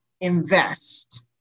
invest